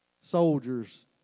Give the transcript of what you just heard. soldiers